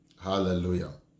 Hallelujah